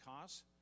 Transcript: costs